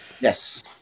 Yes